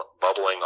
bubbling